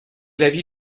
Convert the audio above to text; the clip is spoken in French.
l’avis